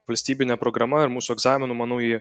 valstybine programa ir mūsų egzaminu manau jį